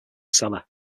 cellar